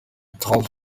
talk